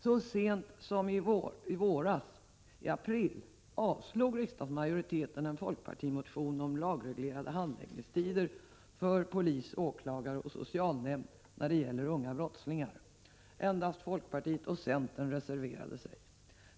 Så sent som i april i år avslog riksdagsmajoriteten en folkpartimotion om lagreglerade handläggningstider för polis, åklagare och socialnämnd när det gäller unga brottslingar. Endast folkpartiet och centern reserverade sig.